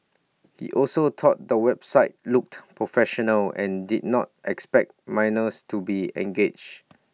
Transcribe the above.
he also thought the website looked professional and did not expect minors to be engaged